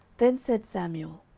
then said samuel,